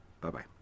bye-bye